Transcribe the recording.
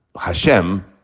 Hashem